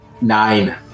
Nine